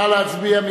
נא להצביע.